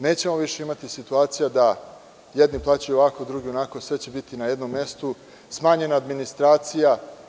Nećemo više imati situacija da jedni plaćaju ovako, drugi da plaćaju onako, sve će biti na jednom mestu, smanjena administracija.